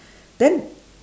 then